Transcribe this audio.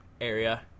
area